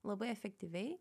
labai efektyviai